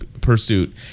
pursuit